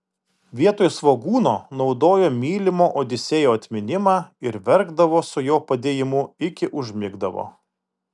vietoj svogūno naudojo mylimo odisėjo atminimą ir verkdavo su jo padėjimu iki užmigdavo